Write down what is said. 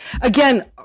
again